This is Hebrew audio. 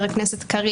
חוקה,